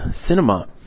cinema